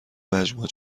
مجموعه